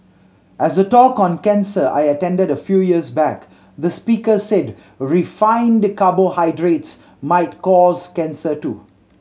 as a talk on cancer I attended a few years back the speaker said refined carbohydrates might cause cancer too